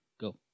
go